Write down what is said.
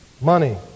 Money